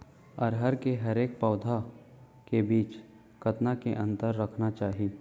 अरहर के हरेक पौधा के बीच कतना के अंतर रखना चाही?